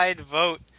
vote